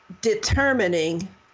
determining